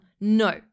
No